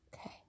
Okay